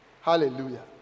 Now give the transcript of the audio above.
Hallelujah